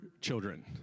children